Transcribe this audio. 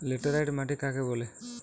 Laterite মাটি কাকে বলে?